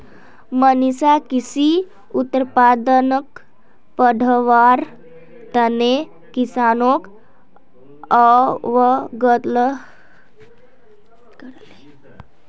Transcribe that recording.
मनीष कृषि उत्पादनक बढ़व्वार तने किसानोक अवगत कराले